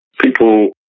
people